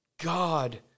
God